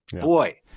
boy